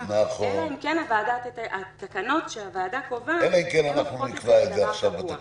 אלא אם כן, אנחנו נקבע את זה עכשיו בתקנות.